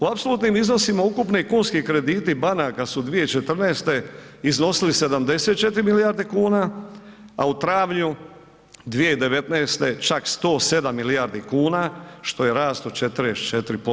U apsolutnim iznosima ukupni kunski krediti banaka su 2014. iznosili 74 milijarde kuna, a u travnju 2019. čak 107 milijardi kuna što je rast od 44%